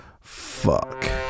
fuck